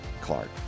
Clark